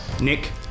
Nick